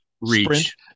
reach